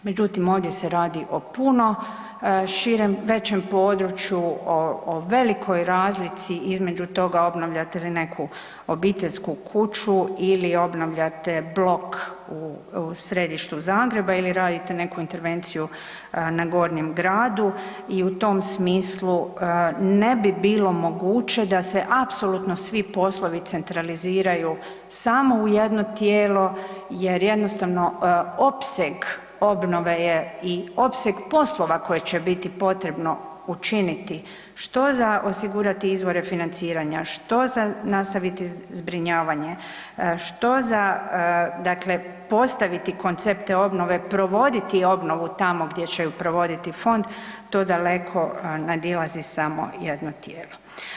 Međutim ovdje se radi o puno većem području, o velikoj razlici obnavljate li neku obiteljsku kuću ili obnavljate blok u središtu Zagreba ili radite neku intervenciju na Gornjem gradu i u tom smislu ne bi bilo moguće da se apsolutno svi poslovi centraliziraju samo u jedno tijelo jer jednostavno opseg obnove je opseg poslova koje će biti potrebno učiniti, što za osigurati izvore financiranja, što za nastaviti zbrinjavanje, dakle postaviti koncepte obnove, provoditi obnovu tamo gdje će ju provoditi fond to daleko nadilazi samo jedno tijelo.